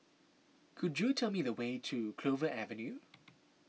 could you tell me the way to Clover Avenue